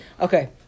Okay